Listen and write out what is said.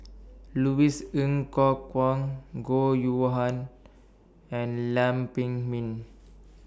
Louis Ng Kok Kwang Goh YOU Han and Lam Pin Min